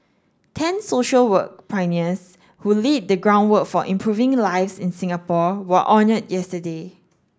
ten social work pioneers who laid the groundwork for improving lives in Singapore were honoured yesterday